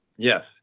Yes